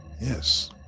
Yes